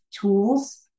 tools